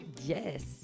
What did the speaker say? yes